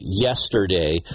yesterday